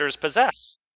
possess